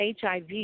HIV